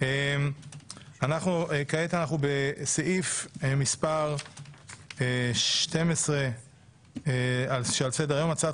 כעת אנחנו בסעיף מספר 12 שעל סדר-היום: הצעת